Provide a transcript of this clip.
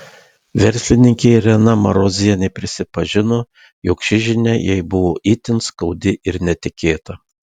verslininkė irena marozienė prisipažino jog ši žinia jai buvo itin skaudi ir netikėta